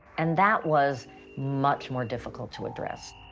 and that was much more difficult to address.